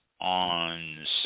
on